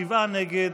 שבעה נגד.